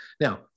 Now